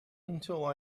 until